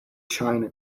china